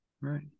Right